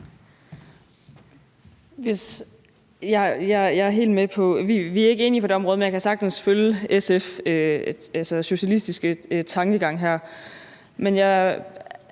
Vi er ikke enige på det område, men jeg kan sagtens følge SF's socialistiske tankegang her.